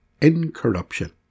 incorruption